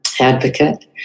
advocate